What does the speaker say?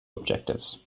objectives